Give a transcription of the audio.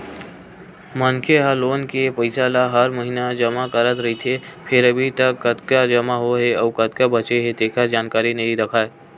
मनखे ह लोन के पइसा ल हर महिना जमा करत रहिथे फेर अभी तक कतका जमा होगे अउ कतका बाचे हे तेखर जानकारी नइ राखय